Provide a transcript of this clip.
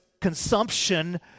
consumption